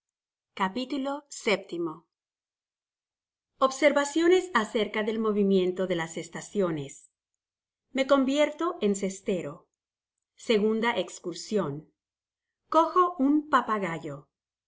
naufragio cap vilobservaciones acerca del movimiento de las estaciones me convierto en cestero segunda eí cursion cojo un papagayo